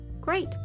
Great